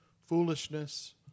foolishness